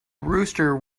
rooster